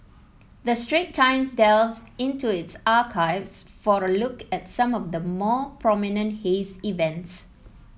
the Straits Times delves into its archives for a look at some of the more prominent haze events